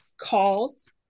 calls